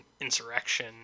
insurrection